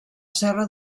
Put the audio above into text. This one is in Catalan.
serra